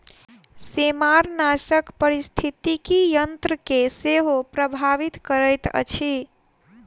सेमारनाशक पारिस्थितिकी तंत्र के सेहो प्रभावित करैत अछि